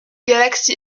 galaxy